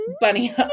bunny